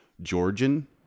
Georgian